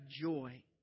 joy